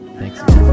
Thanks